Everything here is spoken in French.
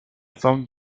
forme